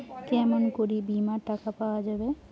কেমন করি বীমার টাকা পাওয়া যাবে?